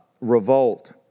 revolt